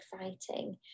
exciting